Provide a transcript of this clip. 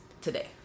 today